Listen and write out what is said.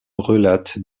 relate